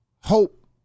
Hope